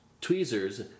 tweezers